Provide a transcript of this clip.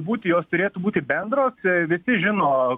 būti jos turėtų būti bendros visi žino